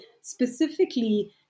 specifically